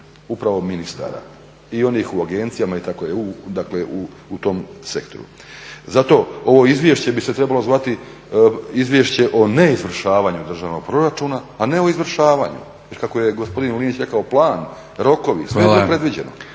upravo ministara i onih u agencijama itd., dakle u tom sektoru. Zato ovo izvješće bi se trebalo zvati izvješće o neizvršavanju državnog proračuna, a ne o izvršavanju. Jer kako je gospodin Linić rekao plan, rokovi, sve je to predviđeno…